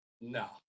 No